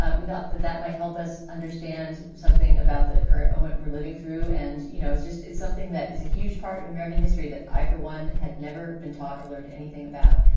ah we thought that that might help us understand something about the current moment we're living through. and, you know, it's just it's something that is a huge part of american history that i, for one, had never been taught or learned anything about.